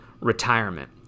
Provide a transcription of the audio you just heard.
retirement